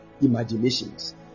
imaginations